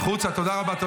אפס מאופס.